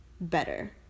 better